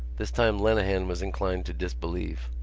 this time lenehan was inclined to disbelieve.